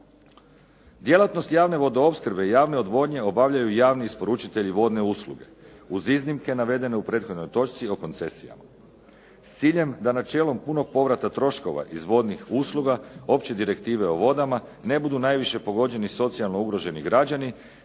Djelatnost javne vodoopskrbe i javne odvodnje obavljaju javni isporučitelji vodne usluge uz iznimke navedene u prethodnoj točci o koncesijama s ciljem da načelom punog povrata troškova iz vodnih usluga opće direktive o vodama ne budu najviše pogođeni socijalno ugroženi građani.